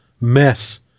MESS